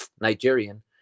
Nigerian